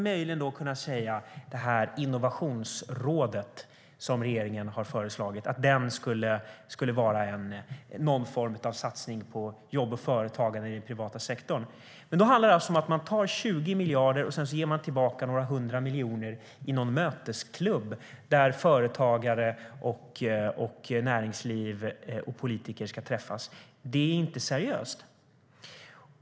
Möjligen kan Innovationsrådet som regeringen har föreslagit vara en satsning på jobb och företagande i den privata sektorn. Man tar alltså bort 20 miljarder och sedan ger man tillbaka några hundra miljoner för en mötesklubb där företagare, näringsliv och politiker ska träffas. Det är inte seriöst.